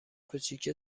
کوچیکه